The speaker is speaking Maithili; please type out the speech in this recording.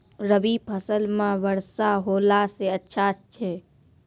रवी फसल म वर्षा होला से अच्छा छै?